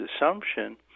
assumption